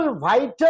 vital